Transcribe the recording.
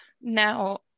Now